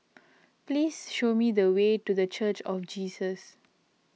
please show me the way to the Church of Jesus